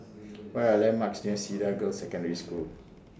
What Are The landmarks near Cedar Girls' Secondary School